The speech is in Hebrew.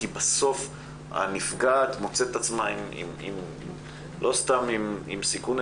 כי בסוף הנפגעת מוצאת את עצמה לא סתם עם סיכון,